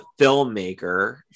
filmmaker